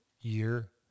year